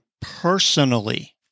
personally